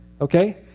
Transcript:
okay